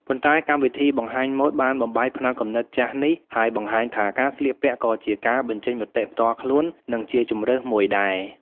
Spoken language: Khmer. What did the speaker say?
ប៉ុន្តែកម្មវិធីបង្ហាញម៉ូដបានបំបែកផ្នត់គំនិតចាស់នេះ ហើយបង្ហាញថាការស្លៀកពាក់ក៏ជាការ បញ្ចេញមតិផ្ទាល់ខ្លួន និងជា ជម្រើស មួយដែរ។